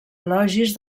elogis